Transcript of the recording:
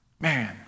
Man